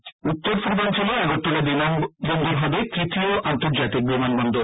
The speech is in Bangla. বিমানবন্দরর উত্তর পূর্বাঞ্চলে আগরতলা বিমানবন্দর হবে তৃতীয় আন্তর্জাতিক বিমানবন্দর